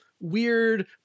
weird